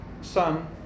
son